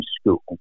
school